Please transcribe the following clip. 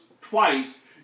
twice